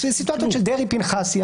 הסיטואציות של דרעי-פנחסי,